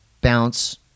bounce